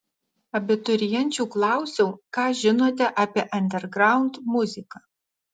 abiturienčių klausiau ką žinote apie andergraund muziką